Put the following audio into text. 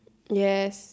yes